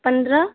पंद्रह